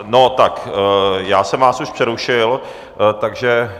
No tak já jsem vás už přerušil, takže...